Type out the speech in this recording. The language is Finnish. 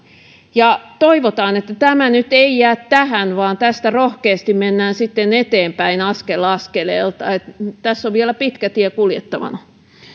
toivotaan että tämä nyt ei jää tähän vaan tästä rohkeasti mennään sitten eteenpäin askel askeleelta tässä on vielä pitkä tie kuljettavana